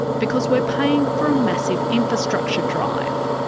because we're paying for a massive infrastructure drive,